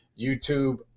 YouTube